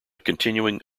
continuing